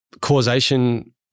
causation